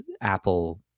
Apple